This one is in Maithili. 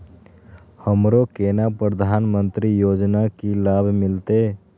हमरो केना प्रधानमंत्री योजना की लाभ मिलते?